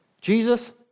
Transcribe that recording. Jesus